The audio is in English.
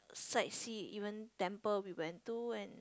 sightsee even temple we went to and